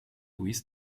louis